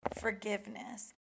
Forgiveness